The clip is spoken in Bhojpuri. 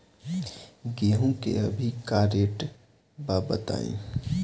गेहूं के अभी का रेट बा बताई?